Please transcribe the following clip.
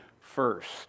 first